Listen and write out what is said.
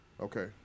Okay